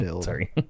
Sorry